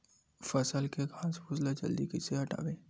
फसल के घासफुस ल जल्दी कइसे हटाव?